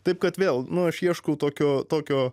taip kad vėl nu aš ieškau tokio tokio